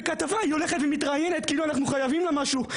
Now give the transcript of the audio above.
יפה בן דוד הולכת ומתראיינת בכתבה כאילו אנחנו חייבים לה משהו.